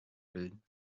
bilden